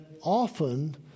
often